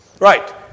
Right